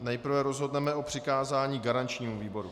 Nejprve rozhodneme o přikázání garančnímu výboru.